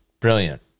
brilliant